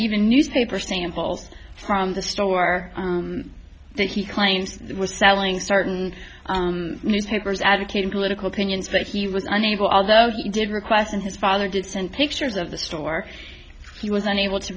even a newspaper samples from the store that he claims was selling start in newspapers advocating political pinions but he was unable although he did request and his father did send pictures of the store he was unable to